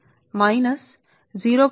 మీరు L 1 ను వ్రాయగలిగేది R పై 0